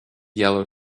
yellow